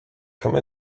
come